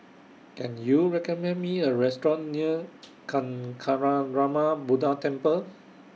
Can YOU recommend Me A Restaurant near Kancanarama Buddha Temple